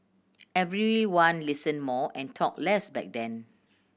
everyone listened more and talked less back then